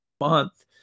Month